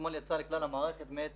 אתמול יצאה לכלל המערכת מאת